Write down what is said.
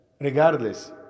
regardless